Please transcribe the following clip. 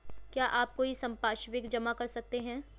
क्या आप कोई संपार्श्विक जमा कर सकते हैं?